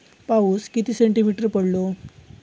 पाऊस किती सेंटीमीटर पडलो?